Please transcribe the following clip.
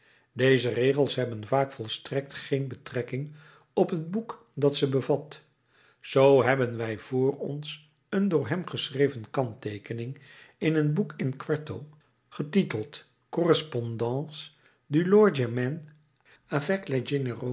deze regels hebben vaak volstrekt geen betrekking op het boek dat ze bevat zoo hebben wij vr ons een door hem geschreven kantteekening in een boek in kwarto getiteld correspondance